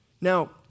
Now